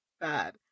bad